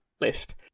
list